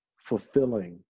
fulfilling